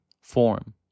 form